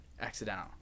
accidental